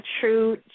true